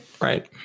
Right